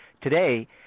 Today